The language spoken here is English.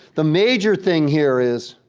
the major thing here is